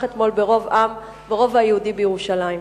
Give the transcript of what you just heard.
אתמול ברוב עם ברובע היהודי בירושלים.